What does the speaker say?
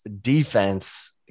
defense